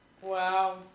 Wow